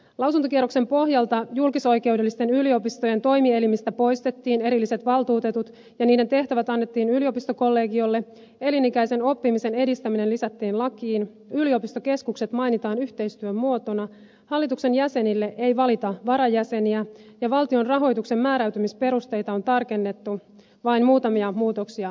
lausuntokierroksen pohjalta julkisoikeudellisten yliopistojen toimielimistä poistettiin erilliset valtuutetut ja niiden tehtävät annettiin yliopistokollegiolle elinikäisen oppimisen edistäminen lisättiin lakiin yliopistokeskukset mainitaan yhteistyömuotona hallituksen jäsenille ei valita varajäseniä ja valtion rahoituksen määräytymisperusteita on tarkennettu vain muutamia muutoksia mainitakseni